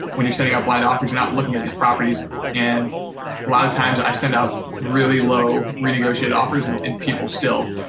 when you're sending out blind offers not looking at these properties and a lot of times i send out really low renegotiated offers and and people still,